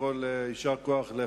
קודם כול,